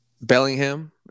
Bellingham